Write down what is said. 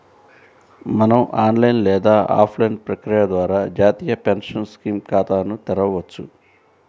మనం ఆన్లైన్ లేదా ఆఫ్లైన్ ప్రక్రియ ద్వారా జాతీయ పెన్షన్ స్కీమ్ ఖాతాను తెరవొచ్చు